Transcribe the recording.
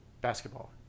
Basketball